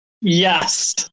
Yes